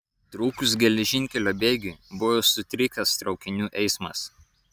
trūkus geležinkelio bėgiui buvo sutrikęs traukinių eismas